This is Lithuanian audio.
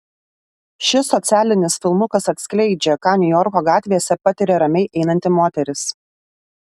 šis socialinis filmukas atskleidžia ką niujorko gatvėse patiria ramiai einanti moteris